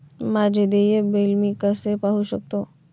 माझे देय बिल मी कसे पाहू शकतो?